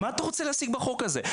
מה אתה רוצה להשיג בחוק הזה?